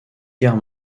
guerre